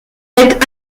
est